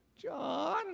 John